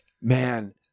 Man